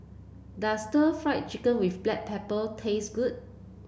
does stir Fry Chicken with Black Pepper taste good